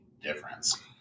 difference